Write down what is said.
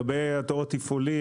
לגבי התור התפעולי,